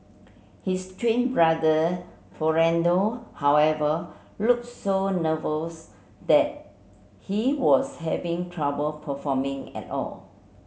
his twin brother Fernando however look so nervous that he was having trouble performing at all